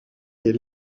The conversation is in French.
est